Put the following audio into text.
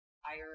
higher